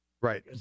Right